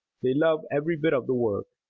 they love every bit of the work.